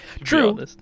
True